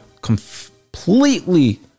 completely